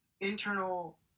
internal